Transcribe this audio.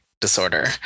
disorder